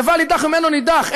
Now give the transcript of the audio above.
לבל יידח ממנו נידח.